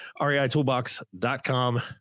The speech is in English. REIToolbox.com